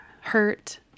hurt